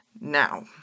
Now